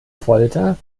folter